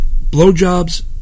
Blowjobs